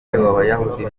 abayahudi